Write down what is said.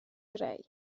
greu